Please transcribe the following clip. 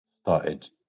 started